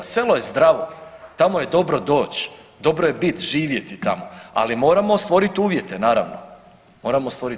Selo je zdravo, tamo je dobro doći, dobro je bit, živjeti tamo, ali moramo stvoriti uvjete naravno, moramo stvorit uvjete.